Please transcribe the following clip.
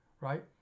right